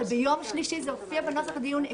אבל ביום שלישי זה הופיע בנוסח הדיון.